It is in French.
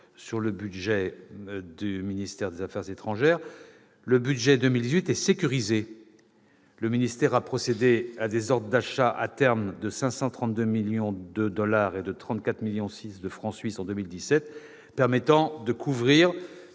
sur le budget du ministère de l'Europe et des affaires étrangères. Le budget pour 2018 est sécurisé. Le ministère a procédé en 2017 à des ordres d'achat à terme de 532 millions de dollars et de 34,6 millions de francs suisses, ce qui permet de couvrir